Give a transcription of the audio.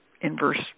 inverse